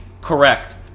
correct